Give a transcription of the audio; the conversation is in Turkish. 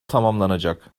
tamamlanacak